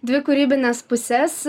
dvi kūrybines puses